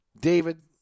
David